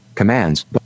Commands